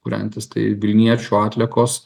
kūrentis tai vilniečių atliekos